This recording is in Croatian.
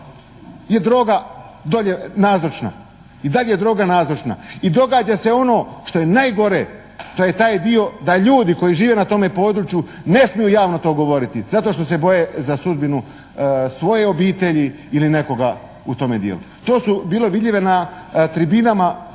je droga dolje nazočna, i dalje je droga nazočna i događa se ono što je najgore, to je taj dio da ljudi koji žive na tome području ne smiju javno to govoriti zato što se boje za sudbinu svoje obitelj ili nekoga u tome dijelu. To su bile vidljive na tribinama